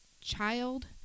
child